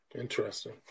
Interesting